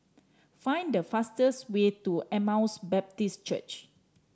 find the fastest way to Emmaus Baptist Church